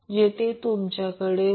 तर येथे 2 ठेवा ते 1Q0 2 असेल